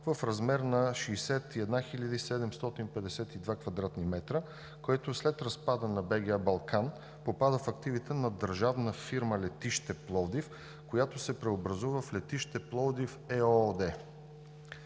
в размер на 61 752 квадратни метра, който след разпадане на БГА „Балкан“ попада в активите на Държавна фирма „Летище Пловдив“, която се преобразува в „Летище Пловдив“ ЕООД